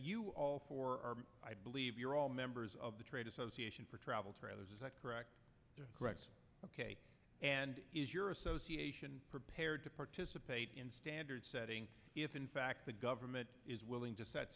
you all for i believe you're all members of the trade association for travel trailers is that correct correct and is your association prepared to participate in standards setting if in fact the government is willing to set